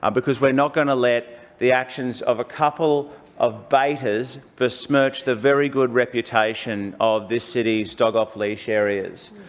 ah because we're not going to let the actions of a couple of baiters to smirch the very good reputation of this city's dog off-leash areas.